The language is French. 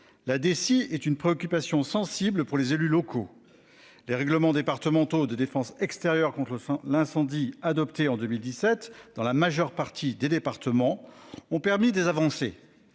la DSI est une préoccupation sensible pour les élus locaux. Les règlements départementaux de défense extérieure contre l'incendie, adoptée en 2017, dans la majeure partie des départements ont permis des avancées.